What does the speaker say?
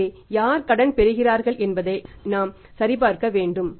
எனவே யார் கடன் பெறுகிறார்கள் என்பதை நாம் சரிபார்க்க வேண்டும்